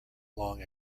long